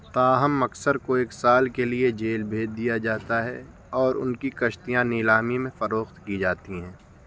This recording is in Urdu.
تاہم اکثر کو ایک سال کے لیے جیل بھیج دیا جاتا ہے اور ان کی کشتیاں نیلامی میں فروخت کی جاتی ہیں